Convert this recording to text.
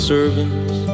servants